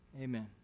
Amen